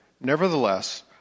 nevertheless